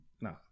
no